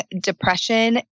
depression